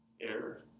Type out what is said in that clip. air